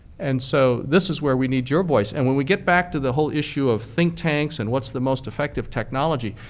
and so this is where we need your voice. and when we get back to the whole issue of think tanks and what's the most effective technology,